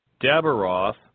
Dabaroth